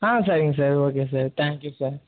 ஆ சரிங்க sir okay sir thank you sir